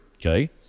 okay